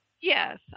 Yes